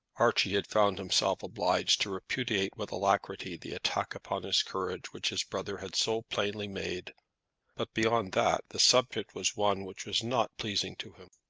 archie had found himself obliged to repudiate with alacrity the attack upon his courage which his brother had so plainly made but, beyond that, the subject was one which was not pleasing to him.